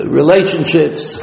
relationships